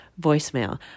voicemail